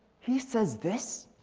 he says this?